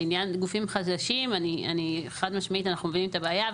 לעניין גופים חדשים אני חד משמעית אנחנו מבינים את הבעיה,